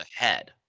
ahead